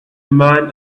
man